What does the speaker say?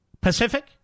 Pacific